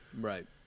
right